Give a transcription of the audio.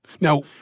Now